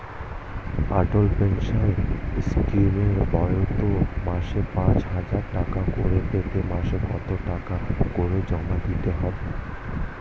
অটল pension স্কিমের বইতে মাসে পাঁচ হাজার টাকা করে পেতে মাসে কত টাকা করে জমা দিতে হবে?